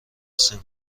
سیم